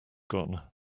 gone